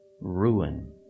ruin